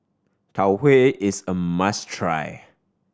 Tau Huay is a must try